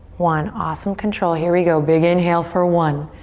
one. awesome control. here we go, big inhale for one,